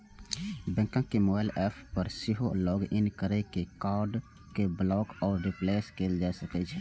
बैंकक mobile app पर सेहो लॉग इन कैर के कार्ड कें ब्लॉक आ रिप्लेस कैल जा सकै छै